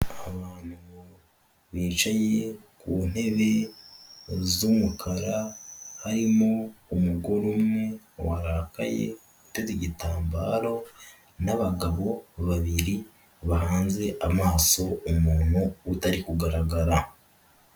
Abantu bicaye ku ntebe z'umukara harimo umugore umwe warakaye uteze igitambaro, n'abagabo babiri bahanze amaso umuntu utari kugaragara.